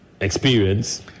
experience